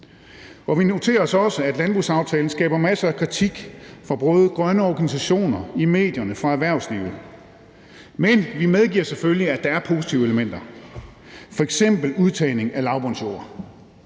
Vi noterer os også, at landbrugsaftalen afføder masser af kritik fra både grønne organisationer, i medierne og fra erhvervslivet, men vi medgiver selvfølgelig, at der er positive elementer, f.eks. udtagning af lavbundsjord,